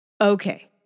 Okay